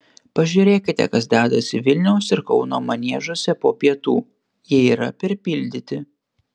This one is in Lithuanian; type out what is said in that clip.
pažiūrėkite kas dedasi vilniaus ir kauno maniežuose po pietų jie yra perpildyti